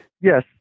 Yes